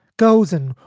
goes in,